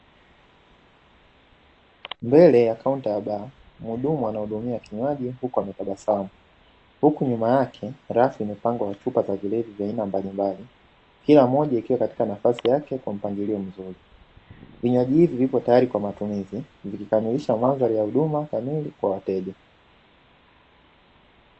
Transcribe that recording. Mbele ya kaunta ya baa, mhudumu anahudumia kinywaji huku ametabasamu, huku nyuma yake rafu imepangwa na chupa ya vilevi vya aina mbalimbali, kila moja ikiwa katika nafasi yake kwa mpangilio mzuri. Vinywaji hivi viko tayari kwa matumizi, vikikamilisha mandhari ya huduma kamili kwa wateja.